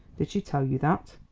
did she tell you that?